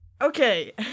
okay